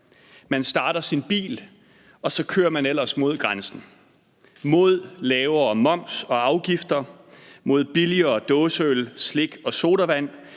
Man starter sin bil, og så kører man ellers mod grænsen – mod lavere moms og afgifter, mod billigere dåseøl, slik og sodavand